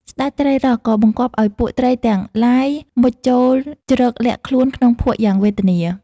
ស្តេចត្រីរ៉ស' ក៏បង្គាប់ឱ្យពួកត្រីទាំងទ្បាយ មុជចូលជ្រកលាក់ខ្លួនក្នុងភក់យ៉ាងវេទនា។